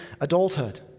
Adulthood